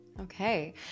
Okay